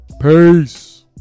Peace